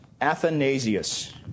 Athanasius